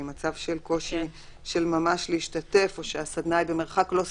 כי מצב של קושי של ממש להשתתף או שהסדנה היא במרחק לא סביר,